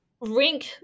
Rink